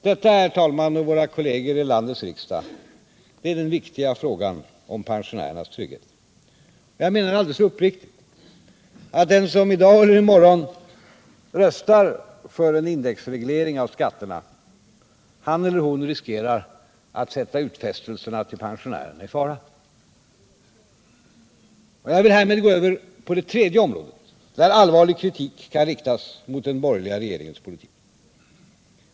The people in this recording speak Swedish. Detta, herr talman och våra kolleger i landets riksdag, är den viktiga frågan om pensionärernas trygghet. Och jag menar uppriktigt: Den som i dag eller i morgon röstar för en indexreglering av skatterna, han eller hon riskerar att sätta utfästelserna till pensionärerna i fara. Jag vill härmed gå över till det tredje området, där allvarlig kritik kan riktas mot den borgerliga regeringens politik.